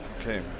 Okay